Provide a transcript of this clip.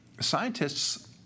scientists